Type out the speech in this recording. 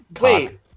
wait